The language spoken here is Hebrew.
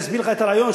אסביר לך את הרעיון,